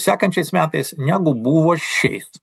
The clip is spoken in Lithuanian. sekančiais metais negu buvo šiais